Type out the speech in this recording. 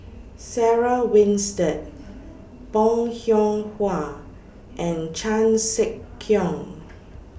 Sarah Winstedt Bong Hiong Hwa and Chan Sek Keong